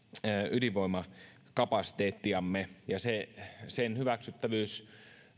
ydinvoimakapasiteettiamme sen hyväksyttävyys